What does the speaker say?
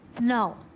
No